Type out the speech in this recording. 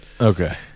Okay